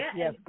yes